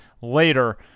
later